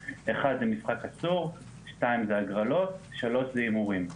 1. משחק אסור 2. הגרלות 3. הימורים.